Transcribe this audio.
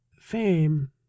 Fame